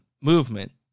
movement